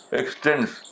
extends